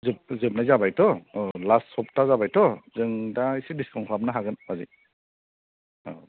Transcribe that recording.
जोब जोबनाय जाबायथ' औ लास सप्ता जाबायथ' जों दा एसे डिस्काउन खालामनो हागोन बाजै औ